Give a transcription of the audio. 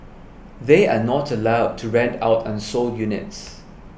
they are not allowed to rent out unsold units